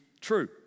true